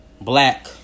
black